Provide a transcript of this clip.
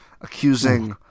accusing